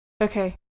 Okay